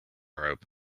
rope